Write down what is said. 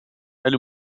eine